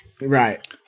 Right